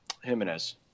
Jimenez